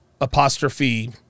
apostrophe